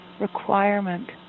requirement